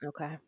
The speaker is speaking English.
Okay